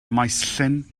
maesllyn